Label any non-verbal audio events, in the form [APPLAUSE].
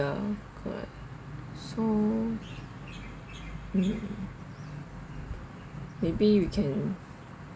correct so [NOISE] mm maybe we can